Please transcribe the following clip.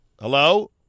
hello